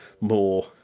more